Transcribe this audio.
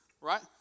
right